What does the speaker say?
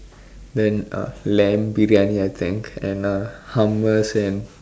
then uh lamb Briyani I think and uh hummus and